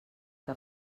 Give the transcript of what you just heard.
que